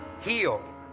Heal